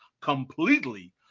completely